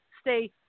stay